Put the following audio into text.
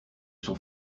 son